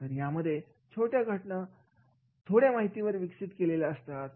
तर यामध्ये छोट्या घटना थोड्या माहितीवर विकसित केलेले असतात